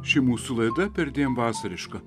ši mūsų laida perdėm vasariška